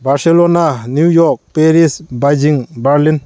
Barcelona New York Paris Beijing Berlin